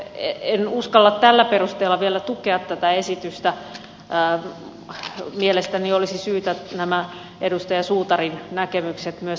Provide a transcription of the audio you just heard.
en uskalla tällä perusteella vielä tukea tätä esitystä mielestäni olisi syytä nämä edustaja suutarin näkemykset myös tarkastella